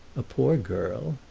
a poor girl?